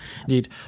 Indeed